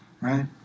right